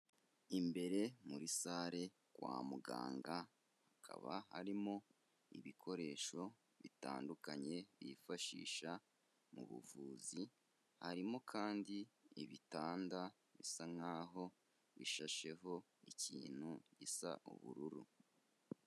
Imbere muri sale kwa muganga hakaba harimo ibikoresho bitandukanye bifashisha mu buvuzi, harimo kandi ibitanda bisa nkaho bishasheho ikintu gisa ubururu.